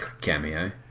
cameo